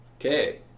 Okay